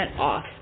off